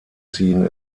ziehen